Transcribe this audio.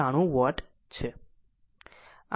793 vote છે